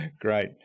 Great